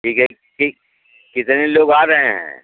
ठीक है कितने लोग आ रहे हैं